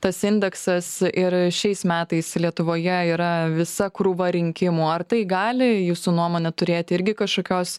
tas indeksas ir šiais metais lietuvoje yra visa krūva rinkimų ar tai gali jūsų nuomone turėti irgi kažkokios